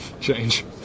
change